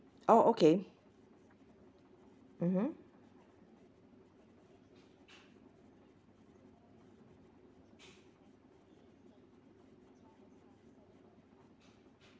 oh okay mmhmm